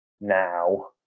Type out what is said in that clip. now